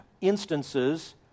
instances